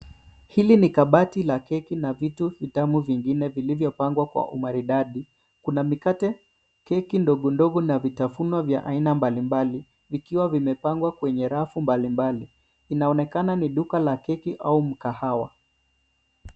Hili ni kabati la keki na vitu vitamu vingine vilivyopangwa kwa umaridadi . Kuna mikate, keki ndogo ndogo na vitafunwa vya aina mbalimbali, vikiwa vimepangwa kwenye rafu mbalimbali. Inaonekana ni duka la keki au mkahawa.